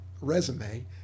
resume